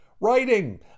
writing